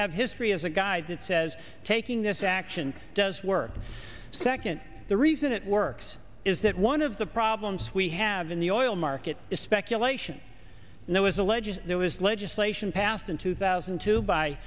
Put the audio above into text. have history as a guide that says taking this action does work second the reason it works is that one of the problems we have in the oil market is speculation and it was alleged there was legislation passed in two thousand and two by